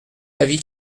l’avis